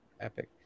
Epic